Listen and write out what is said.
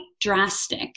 drastic